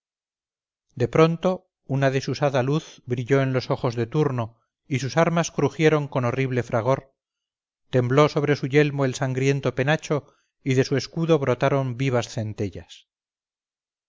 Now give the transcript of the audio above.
de pronto una desusada luz brilló en los ojos de turno y sus armas crujieron con horrible fragor tembló sobre su yelmo el sangriento penacho y de su escudo brotaron vivas centellas